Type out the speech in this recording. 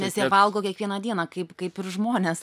nes jie valgo kiekvieną dieną kaip kaip ir žmonės